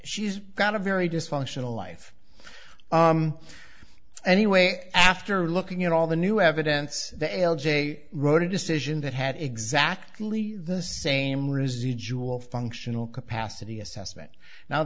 she's got a very dysfunctional life anyway after looking at all the new evidence the l j wrote a decision that had exactly the same residual functional capacity assessment now